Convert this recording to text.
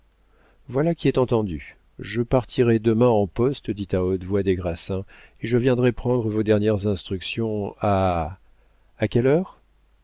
voilà qui est entendu je partirai demain en poste dit à haute voix des grassins et je viendrai prendre vos dernières instructions à a quelle heure